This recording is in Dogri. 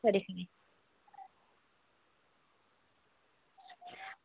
खरी खरी